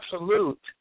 absolute